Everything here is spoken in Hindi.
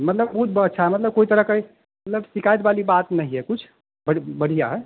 मतलब बहुत अच्छा है मतलब कोई तरह का मतलब शिकाइत वाली बात नहीं है कुछ बढ़िया है